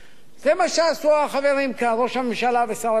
זה מה שעשו החברים כאן, ראש הממשלה ושר הביטחון.